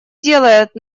делает